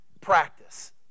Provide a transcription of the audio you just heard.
practice